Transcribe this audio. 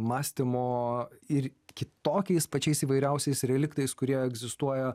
mąstymo ir kitokiais pačiais įvairiausiais reliktais kurie egzistuoja